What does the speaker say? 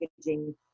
packaging